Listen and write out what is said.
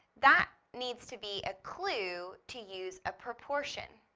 that needs to be a clue to use a proportion,